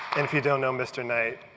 if you don't know, mr. knight,